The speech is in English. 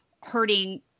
hurting